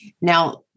Now